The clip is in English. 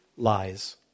lies